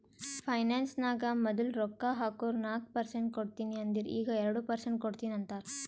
finance ನಾಗ್ ಮದುಲ್ ರೊಕ್ಕಾ ಹಾಕುರ್ ನಾಕ್ ಪರ್ಸೆಂಟ್ ಕೊಡ್ತೀನಿ ಅಂದಿರು ಈಗ್ ಎರಡು ಪರ್ಸೆಂಟ್ ಕೊಡ್ತೀನಿ ಅಂತಾರ್